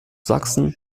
sachsen